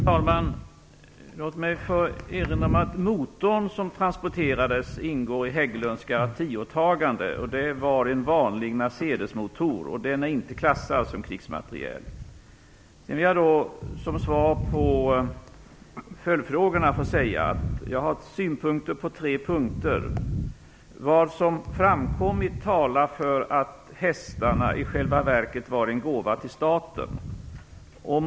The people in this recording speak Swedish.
Herr talman! Låt mig få erinra om att motorn som transporterades ingår i Hägglunds tidigare åtagande. Det var en vanlig Mercedesmotor, och den är inte klassad som krigsmateriel. Som svar på följdfrågorna har jag tre synpunkter. Vad som framkommit talar för att hästarna i själva verket var en gåva till staten.